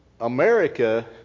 America